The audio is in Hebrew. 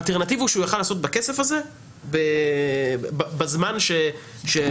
אלטרנטיבה שהוא יכול לעשות בכסף הזה בזמן שחלף.